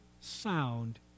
sound